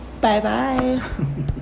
bye-bye